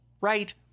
Right